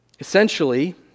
Essentially